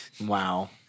Wow